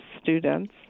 students